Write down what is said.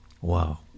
Wow